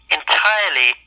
entirely